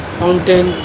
mountain